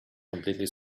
completely